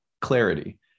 clarity